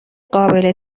قابل